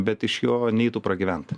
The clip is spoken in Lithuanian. bet iš jo neitų pragyvent